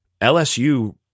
LSU